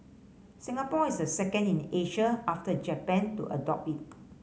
Singapore is the second in Asia after Japan to adopt it